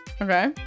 okay